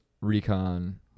Recon